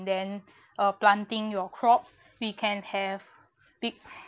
then uh planting your crops we can have big